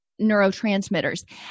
neurotransmitters